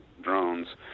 drones